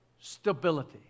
stability